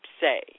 say